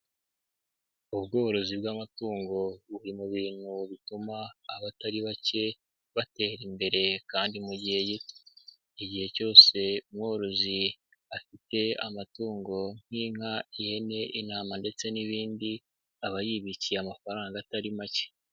Ubworozi bw'amatungo buri mu bintu bituma abatari bake batera imbere kandi mu gihe gito. Igihe cyose umworozi afite amatungo nk'inka, ihene, intama ndetse n'ibindi aba yibikiye amafaranga atari make.